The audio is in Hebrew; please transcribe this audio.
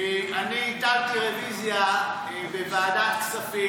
אני הגשתי רוויזיה בוועדת הכספים,